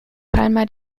palma